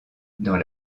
pendant